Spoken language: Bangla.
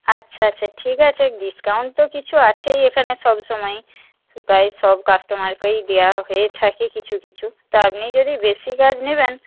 আচ্ছা আচ্ছা ঠিক আছে ডিসকাউন্ট তো কিছু আছেই এখানে সব সময়ই প্রায় সব কাস্টমারকেই দেওয়া হয়ে থাকে কিছু কিছু তা আপনি যদি বেশি গাছ নেবেন